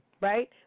right